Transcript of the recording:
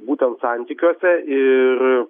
būtent santykiuose ir